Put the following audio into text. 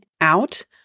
out